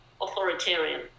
authoritarian